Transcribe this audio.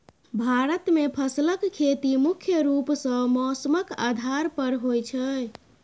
भारत मे फसलक खेती मुख्य रूप सँ मौसमक आधार पर होइ छै